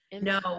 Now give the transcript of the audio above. no